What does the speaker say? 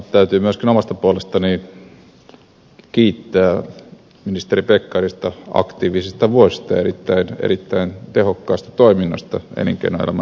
täytyy myöskin omasta puolestani kiittää ministeri pekkarista aktiivisista vuosista erittäin tehokkaasta toiminnasta elinkeinoelämän kehittämisessä